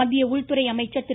மத்திய உள்துறை அமைச்சர் திரு